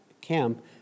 camp